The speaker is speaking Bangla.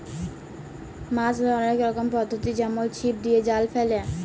মাছ ধ্যরার অলেক রকমের পদ্ধতি যেমল ছিপ দিয়ে, জাল ফেলে